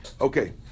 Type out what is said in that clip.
Okay